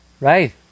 right